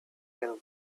till